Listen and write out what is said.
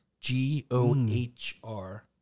G-O-H-R